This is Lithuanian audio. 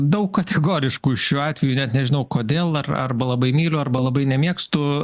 daug kategoriškų šiuo atveju net nežinau kodėl ar arba labai myliu arba labai nemėgstu